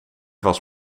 was